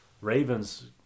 Ravens